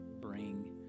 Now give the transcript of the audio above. bring